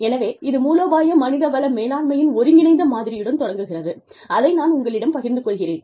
எனவே இது மூலோபாய மனித வள மேலாண்மையின் ஒருங்கிணைந்த மாதிரியுடன் தொடங்குகிறது அதை நான் உங்களிடம் பகிர்ந்து கொள்கிறேன்